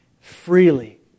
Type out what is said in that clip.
freely